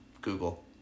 Google